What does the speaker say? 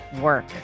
work